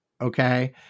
Okay